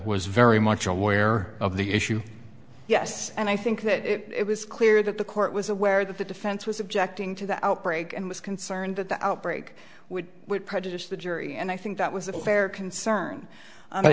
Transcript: was very much aware of the issue yes and i think that it was clear that the court was aware that the defense was objecting to the outbreak and was concerned that the outbreak would prejudice the jury and i think that was a fair concern